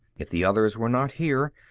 if the others were not here,